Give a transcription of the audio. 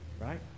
right